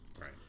Right